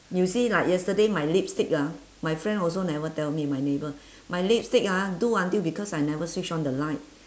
you see like yesterday my lipstick ah my friend also never tell me my neighbour my lipstick ah do until because I never switch on the light